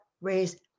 raise